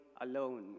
alone